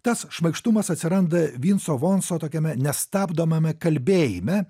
tas šmaikštumas atsiranda vinco vonso tokiame nestabdomame kalbėjime